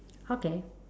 okay